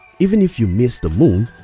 even if you miss the moon,